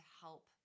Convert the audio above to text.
help